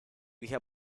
hija